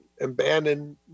abandon